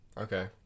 Okay